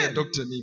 doctor